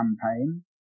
campaign